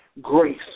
grace